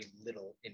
little